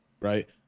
right